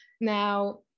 Now